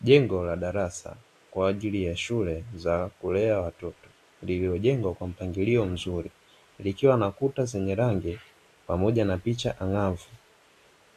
Jengo la darasa kwa ajili ya shule za kulea watoto lililojengwa kwa mpangilio mzuri, likiwa na kuta zenye rangi pamoja na picha ang`avu